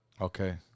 Okay